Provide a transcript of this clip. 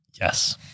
Yes